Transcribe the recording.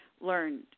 learned